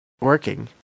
working